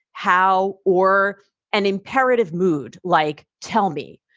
how or an imperative mood like tell me.